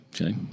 Okay